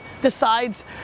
decides